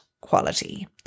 quality